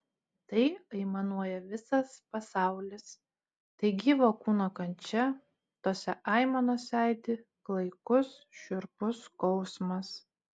tai aimanuoja visas pasaulis tai gyvo kūno kančia tose aimanose aidi klaikus šiurpus skausmas